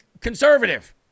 conservative